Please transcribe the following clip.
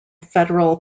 federal